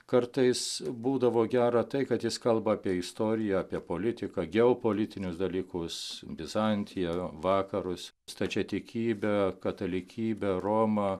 kartais būdavo gera tai kad jis kalba apie istoriją apie politiką geopolitinius dalykus bizantiją vakarus stačiatikybę katalikybę romą